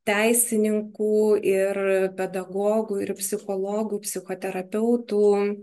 teisininkų ir pedagogų ir psichologų psichoterapeutų